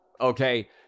Okay